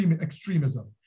extremism